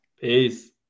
Peace